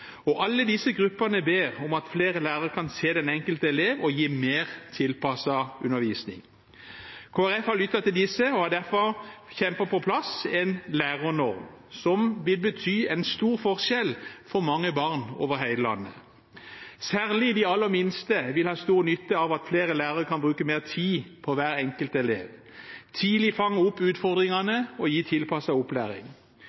og alle disse gruppene ber om at flere lærere kan se den enkelte elev og gi mer tilpasset undervisning. Kristelig Folkeparti har lyttet til disse og har derfor kjempet på plass en lærernorm, som vil bety en stor forskjell for mange barn over hele landet. Særlig de aller minste vil ha stor nytte av at flere lærere kan bruke mer tid på hver enkelt elev, tidlig fange opp